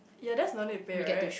ya that's no need to pay right